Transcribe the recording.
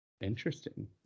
Interesting